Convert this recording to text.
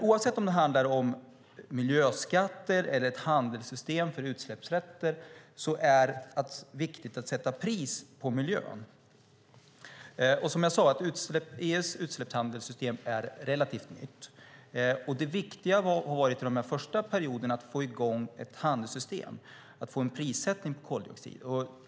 Oavsett om det handlar om miljöskatter eller ett handelssystem för utsläppsrätter är det viktigt att sätta pris på miljön. Som jag sade är EU:s utsläppshandelssystem relativt nytt. Det viktiga har under de här första perioderna varit att få i gång ett handelssystem och få en prissättning på koldioxid.